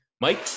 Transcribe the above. mike